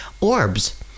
orbs